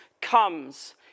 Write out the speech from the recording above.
comes